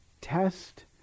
test